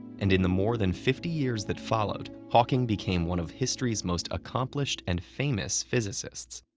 and in the more than fifty years that followed, hawking became one of history's most accomplished and famous physicists.